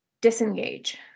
disengage